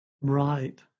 Right